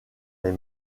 les